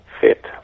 fit